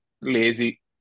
lazy